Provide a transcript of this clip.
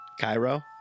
Cairo